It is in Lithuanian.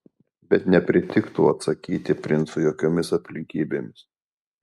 bet nepritiktų atsakyti princui jokiomis aplinkybėmis